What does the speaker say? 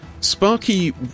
Sparky